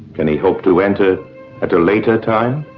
can he hope to enter at a later time?